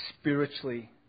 spiritually